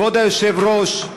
כבוד היושב-ראש,